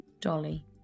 Dolly